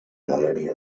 galeria